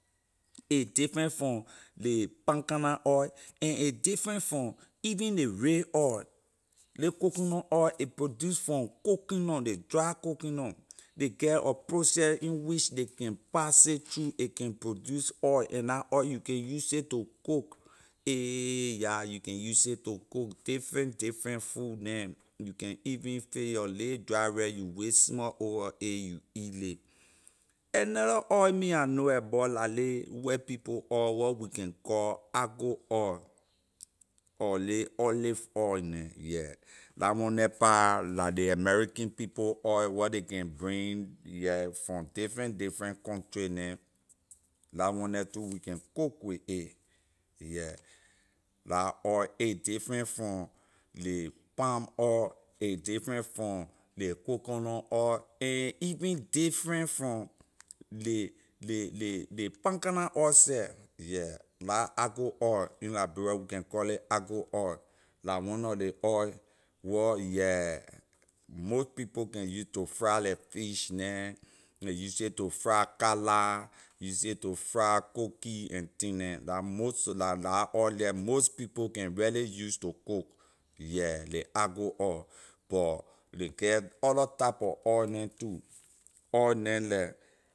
A different from ley palm kernel oil and a different from even ley ray oil ley coconut oil a produce from coconut ley dry coconut ley get a process in which ley can pass it through a can produce oil and la oil you can use it to cook ayy yah you can use it to cook different different food neh you can even fix your lay dry rice you waste small over a you eat ley another oil me I know abor la ley white people oil wor we can call argo oil or ley olive oil neh yeah la one the pah la ley american people oil where ley can bring here from different different country neh la one the too we can cook with a yeah la oil a different from ley palm oil a different from ley coconut oil and a even different from ley- ley- ley palm kernel oil seh yeah la argo oil oil in liberia we can call it argo oil la one nor ley oil wor yeah most people can use to fried leh fish neh ley use it to fried kala use it to fried cookie and thing neh la most so la- la- la oil the most people can really use to cook yeah ley argo oil but ley get other type of oil neh too oil neh like